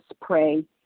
pray